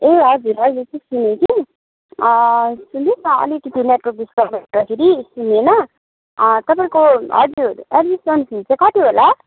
ए हजुर हजुर सुनेँ कि सुन्नुहोस् न अलिकति नेटवर्क डिस्टर्ब हुँदाखेरि सुनेन तपाईँको हजुर एडमिसन फिस चाहिँ कति होला